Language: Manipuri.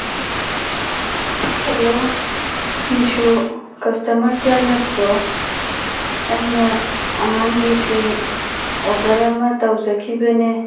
ꯍꯜꯂꯣ ꯃꯤꯁꯣ ꯀ꯭ꯁꯇꯃꯔ ꯀꯤꯌꯔ ꯅꯠꯇ꯭ꯔꯣ ꯑꯩꯅ ꯑꯉꯥꯡꯒꯤ ꯐꯤ ꯑꯣꯗꯔ ꯑꯃ ꯇꯧꯖꯈꯤꯕꯅꯦ